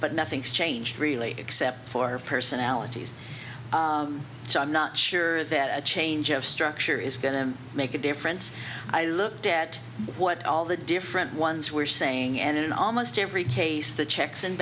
but nothing's changed really except for personalities so i'm not sure that a change of structure is going to make a difference i looked at what all the different ones were saying and in almost every case the checks and